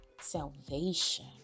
Salvation